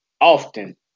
Often